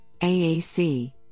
AAC